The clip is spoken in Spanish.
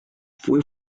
fue